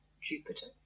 Jupiter